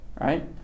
Right